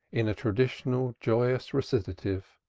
in a traditional joyous recitative.